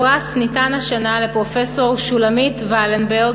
הפרס ניתן השנה לפרופסור שולמית לבנברג